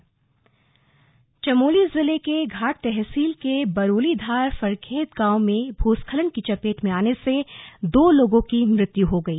भूस्खलन चमोली जिले के घाट तहसील के बरोलीधार फरखेत गांव में भूस्खलन की चपेट में आने से दो लोगों की मृत्यु हो गई